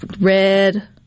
red